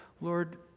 Lord